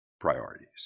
priorities